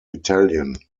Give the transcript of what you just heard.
italian